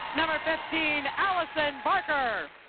number fifteen, alyson barker.